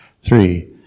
Three